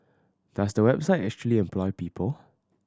does the website actually employ people